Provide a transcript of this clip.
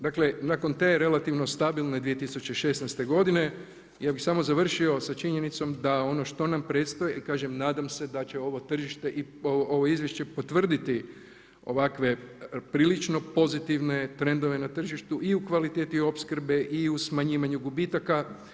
Dakle, nakon te relativno 2016. godine, ja bi samo završio sa činjenicom da ono što nam predstoji, kažem nadam se da će ovo tržište i ovo izvješće potvrditi ovakve prilično pozitivne trendove na tržištu i u kvaliteti opskrbe i u smanjivanju gubitaka.